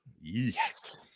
Yes